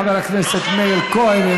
אתם מאמינים,